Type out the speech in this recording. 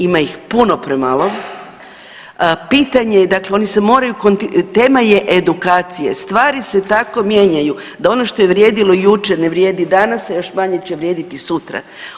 Ima ih puno premalo, pitanje je, dakle, oni se moraju .../nerazumljivo/..., tema je edukacije, stvari se tako mijenjaju da ono što je vrijedilo jučer, ne vrijedi danas, a još manje će vrijediti sutra.